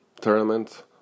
tournament